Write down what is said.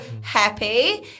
happy